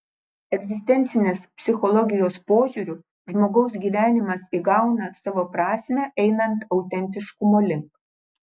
egzistencinės psichologijos požiūriu žmogaus gyvenimas įgauna savo prasmę einant autentiškumo link